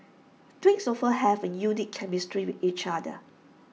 twins often have A unique chemistry with each other